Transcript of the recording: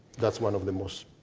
that's one of the most.